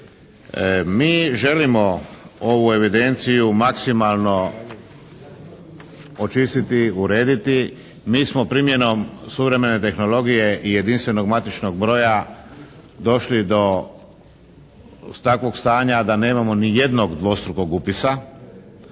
mi želimo ovu evidenciju maksimalno očistiti, urediti. Mi smo primjenom suvremene tehnologije i jedinstvenog matičnog broja došli do takvog stanja da nemamo ni jednog dvostrukog upisa,